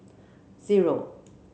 zero